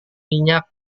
minyak